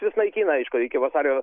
juos naikina aišku iki vasario